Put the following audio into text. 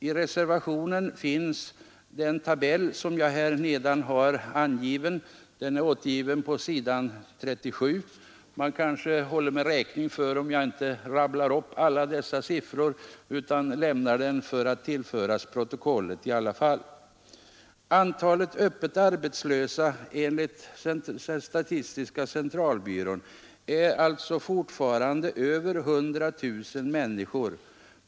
I reservationen 1 finns en tabell som visar sysselsättningssituationen i landet — den står att läsa på s. 37 i finansutskottets betänkande — men man kanske håller mig räkning om jag inte rabblar upp alla siffror. Antalet öppet arbetslösa enligt SCB är fortfarande över 100 000 människor.